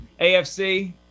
AFC